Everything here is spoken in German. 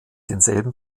denselben